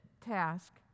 task